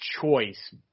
choice